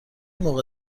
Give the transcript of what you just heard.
موقع